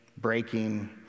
breaking